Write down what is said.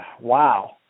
wow